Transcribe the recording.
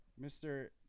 Mr